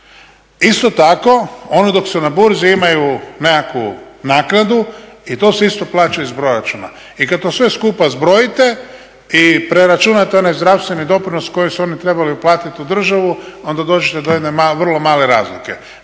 Isto tako, ono dok su na burzi imaju nekakvu naknadu i to se isto plaća iz proračuna. I kad to sve skupa zbrojite i preračunate onaj zdravstveni doprinos koji su oni trebali uplatiti u državu onda dođete do jedne vrlo male razlike.